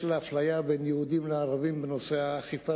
לאפליה בין יהודים לערבים בנושא האכיפה,